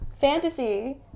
Fantasy